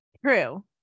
true